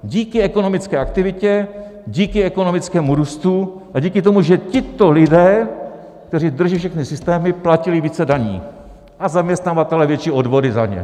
Díky ekonomické aktivitě, díky ekonomickému růstu a díky tomu, že tito lidé, kteří drží všechny systémy, platili více daní a zaměstnavatelé větší odvody za ně.